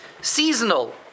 seasonal